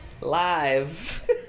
live